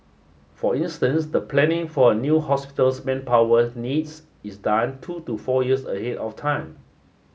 for instance the planning for a new hospital's manpower needs is done two to four years ahead of time